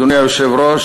אדוני היושב-ראש,